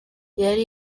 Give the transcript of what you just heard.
yari